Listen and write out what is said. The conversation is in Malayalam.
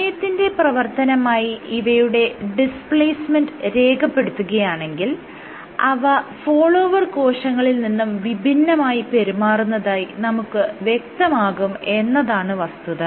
സമയത്തിന്റെ പ്രവർത്തനമായി ഇവയുടെ ഡിസ്പ്ലേസ്മെന്റ് രേഖപ്പെടുത്തുകയാണെങ്കിൽ അവ ഫോളോവർ കോശങ്ങളിൽ നിന്നും വിഭിന്നമായി പെരുമാറുന്നതായി നമുക്ക് വ്യക്തമാകും എന്നതാണ് വസ്തുത